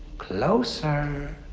closer!